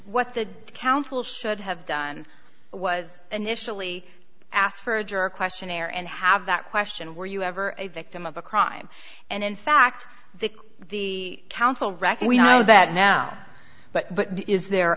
what the council should have done was initially asked for a jury questionnaire and have that question were you ever a victim of a crime and in fact the the counsel reckon we know that now but is the